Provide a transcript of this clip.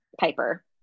Piper